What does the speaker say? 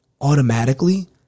Automatically